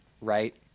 Right